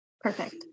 Perfect